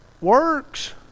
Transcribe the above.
works